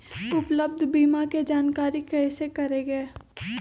उपलब्ध बीमा के जानकारी कैसे करेगे?